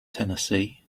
tennessee